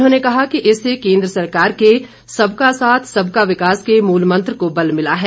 उन्होंने कहा कि इससे केंद्र सरकार के सबका साथ सबका विकास के मूल मंत्र को बल मिला है